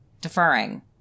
deferring